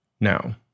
Now